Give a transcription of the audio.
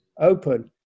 open